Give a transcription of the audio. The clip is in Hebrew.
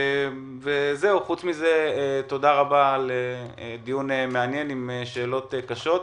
חוץ מזה, תודה רבה על דיון מעניין עם שאלות קשות.